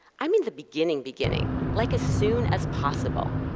i mean the beginning-beginning, like as soon as possible.